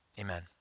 amen